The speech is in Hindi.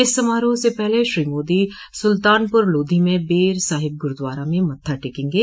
इस समारोह से पहले श्री मोदी सुल्तानपुर लोधी में बेर साहिब गुरूद्वारा में मत्था टेकेंगे